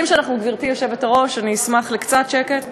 גברתי היושבת-ראש, אני אשמח לקצת שקט.